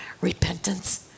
repentance